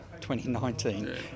2019